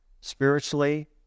spiritually